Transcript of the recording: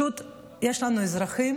יש לנו אזרחים